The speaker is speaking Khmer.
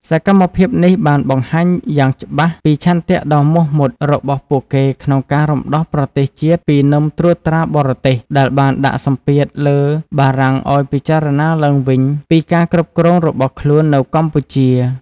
សកម្មភាពនេះបានបង្ហាញយ៉ាងច្បាស់ពី ឆន្ទៈដ៏មោះមុតរបស់ពួកគេក្នុងការរំដោះប្រទេសជាតិពីនឹមត្រួតត្រាបរទេស ដែលបានដាក់សម្ពាធលើបារាំងឱ្យពិចារណាឡើងវិញពីការគ្រប់គ្រងរបស់ខ្លួននៅកម្ពុជា។